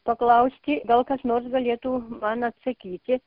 paklausti gal kas nors galėtų man atsakyti